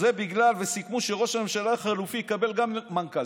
שזה בגלל שסיכמו שראש הממשלה החלופי יקבל גם מנכ"ל.